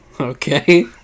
okay